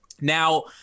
Now